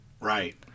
Right